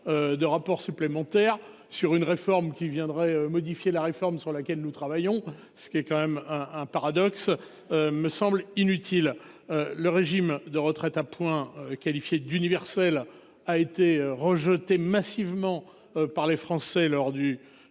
de rapport supplémentaire, sur une réforme qui viendrait modifier la réforme sur laquelle nous travaillons- c'est tout de même un paradoxe !-, me semble inutile. Le régime de retraite par points, qualifié d'universel, a été rejeté massivement par les Français lors du